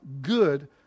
good